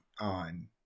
on